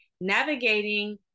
navigating